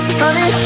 honey